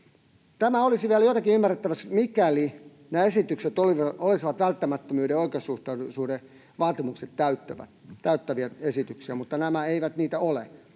Tämä olisi vielä jotenkin ymmärrettävissä, mikäli nämä esitykset olisivat välttämättömyyden ja oikeasuhtaisuuden vaatimukset täyttäviä, mutta nämä eivät niitä ole.